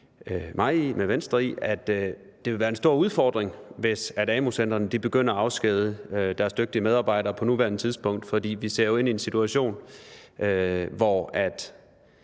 mig og med Venstre i, at det vil være en stor udfordring, hvis amu-centrene begynder at afskedige deres dygtige medarbejdere på nuværende tidspunkt. For vi ser jo ind i en situation, hvor